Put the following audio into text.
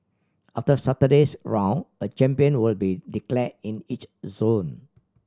after Saturday's round a champion will be declared in each zone